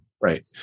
Right